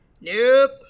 Nope